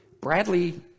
Bradley